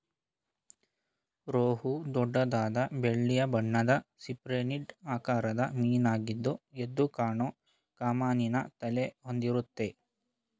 ರೋಹು ದೊಡ್ಡದಾದ ಬೆಳ್ಳಿಯ ಬಣ್ಣದ ಸಿಪ್ರಿನಿಡ್ ಆಕಾರದ ಮೀನಾಗಿದ್ದು ಎದ್ದುಕಾಣೋ ಕಮಾನಿನ ತಲೆ ಹೊಂದಿರುತ್ತೆ